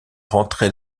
rentrait